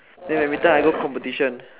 than badminton I go competition